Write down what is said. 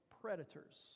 predators